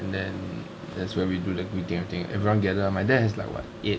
and then that's where we do the greeting everything everyone gather my dad has like what eight